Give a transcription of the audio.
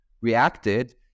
reacted